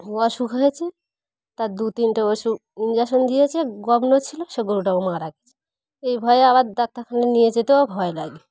অসুখ হয়েছে তার দু তিনটে ওষুখ ইঞ্জেকশন দিয়েছে গম্ন ছিল সে গরুটাও মারা গেছে এই ভয়ে আবার ডাক্তারখানায় নিয়ে যেতেও ভয় লাগে